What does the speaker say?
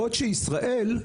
בעוד שבישראל,